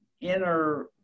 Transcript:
inner